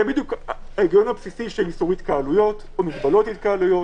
זה בדיוק ההיגיון הבסיסי של איסור התקהלויות או מגבלות התקהלויות.